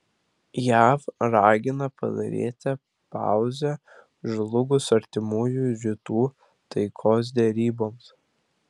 jav ragina padaryti pauzę žlugus artimųjų rytų taikos deryboms